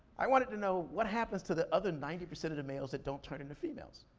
i wanted to know what happens to the other ninety percent of the males that don't turn into females?